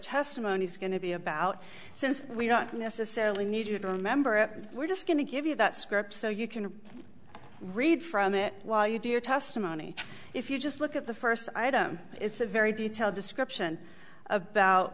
testimony is going to be about since we don't necessarily need you to remember it we're just going to give you that script so you can read from it while you do your testimony if you just look at the first item it's a very detailed description about